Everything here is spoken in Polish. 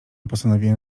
postanowiłem